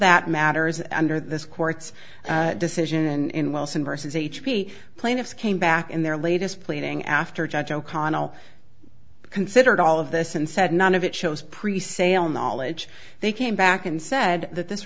that matters under this court's decision in wilson versus h p plaintiffs came back in their latest pleading after judge o'connell considered all of this and said none of it shows pre sale knowledge they came back and said that this